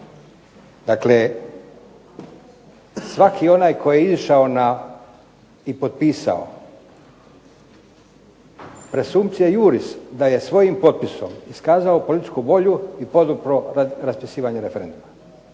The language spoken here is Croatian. Dakle, svaki onaj koji je izišao i potpisao, presumcia juris da je svojim potpisom iskazao političku volju i podupro raspisivanje referenduma.